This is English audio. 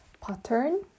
pattern